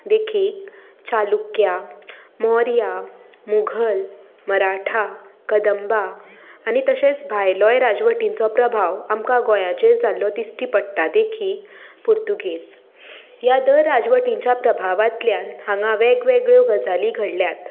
देखीक चालुक्या मोर्या मुगल मराठा कदंबा आनी तशेंच भायल्याय राजवटींचो प्रभाव आमकां गोंयाचेर जाल्लो दिश्टी पडटा देखीक पुर्तुगेज ह्या दर राजवटीच्या प्रभावांतल्यान हांगां वेगवेगळ्यो गजाली घडल्यात